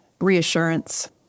reassurance